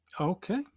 Okay